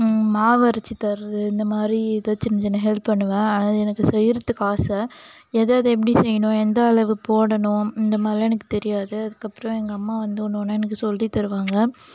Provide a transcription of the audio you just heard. மாவு அரைச்சி தரது இந்தமாதிரி இதை சின்னச் சின்ன ஹெல்ப் பண்ணுவேன் ஆனால் அதை எனக்கு செய்கிறதுக்கு ஆசை எதை எதை எப்படி செய்யணும் எந்த அளவு போடணும் இந்த மாரிலாம் எனக்கு தெரியாது அதுக்கப்புறம் எங்கள் அம்மா வந்து ஒன்று ஒன்றா எனக்கு சொல்லி தருவாங்க